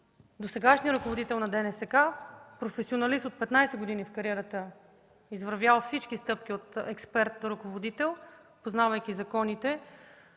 Досегашният ръководител на ДНСК, професионалист от 15 години в кариерата, извървял всички стъпки от експерт до ръководител, познавайки законите,